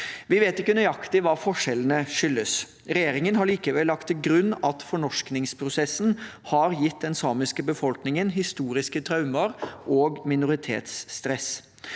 Vi vet ikke nøyaktig hva forskjellene skyldes. Regjeringen har likevel lagt til grunn at fornorskningsprosessen har gitt den samiske befolkningen historiske traumer og minoritetsstress.